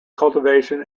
cultivation